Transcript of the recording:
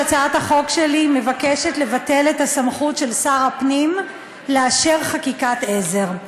הצעת החוק שלי מבקשת לבטל את הסמכות של שר הפנים לאשר חקיקת עזר.